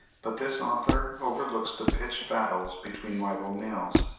but this author overlooks the pitched battles between rival males.